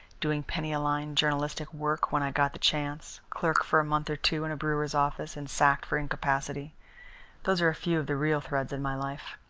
doing penny-a-line journalistic work when i got the chance clerk for a month or two in a brewer's office and sacked for incapacity those are a few of the real threads in my life.